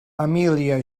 emília